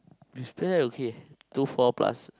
is there okay two four plus